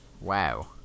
wow